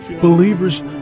Believers